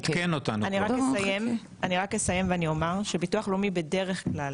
אני רק אסיים ואני אומר שביטוח לאומי בדרך כלל